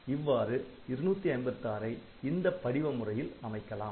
இவ்வாறு 256 ஐ இந்த படிவ முறையில் அமைக்கலாம்